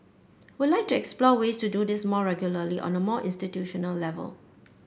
I would like to explore ways to do this more regularly on a more institutional level